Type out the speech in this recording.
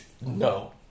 No